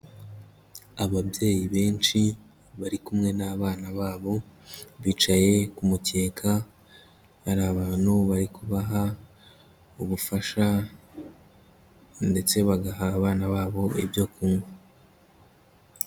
Ababyeyi benshi bari kumwe n'abana babo, bicaye ku mukeka, hari abantu bari kubaha ubufasha ndetse bagaha abana babo ibyo kunywa.